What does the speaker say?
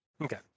Okay